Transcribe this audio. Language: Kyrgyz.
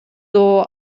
доо